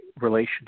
relationship